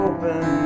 Open